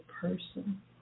person